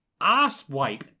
asswipe